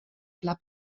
club